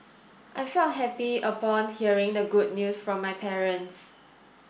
I felt happy upon hearing the good news from my parents